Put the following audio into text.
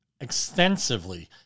extensively